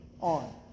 on